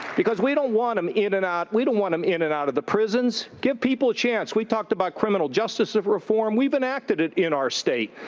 because we don't want them in and out we don't want them in and out of the prisons. give people a chance. we talked about criminal justice reform. we've enacted it in our state.